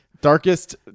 darkest